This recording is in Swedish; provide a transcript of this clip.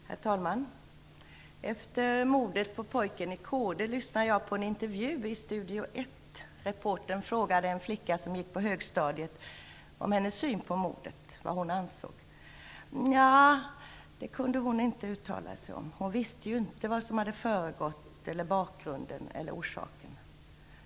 Herr talman! Efter mordet på pojken i Kode lyssnade jag på en intervju i Studio Ett. Reportern frågade en flicka som gick på högstadiet om hennes syn på mordet, vad hon ansåg. Nej, det kunde hon inte uttala sig om, då hon ju inte visste vad som hade föregått, bakgrunden eller orsakerna.